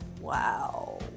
wow